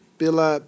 pela